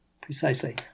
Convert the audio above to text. precisely